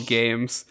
games